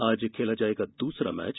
आज खेला जाएगा दूसरा मैच